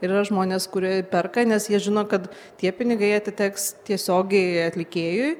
ir yra žmonės kurie perka nes jie žino kad tie pinigai atiteks tiesiogiai atlikėjui